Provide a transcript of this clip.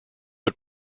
but